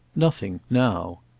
nothing now.